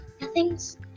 Nothing's